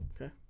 Okay